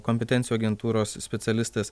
kompetencijų agentūros specialistas